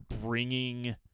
bringing